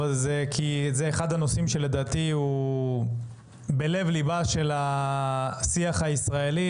אבל זה מכיוון שזה אחד הנושאים שהוא בלב ליבו של השיח הישראלי.